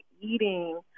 eating